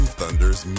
Thunders